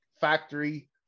Factory